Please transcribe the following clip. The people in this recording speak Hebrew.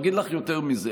אגיד לך יותר מזה.